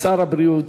שר הבריאות,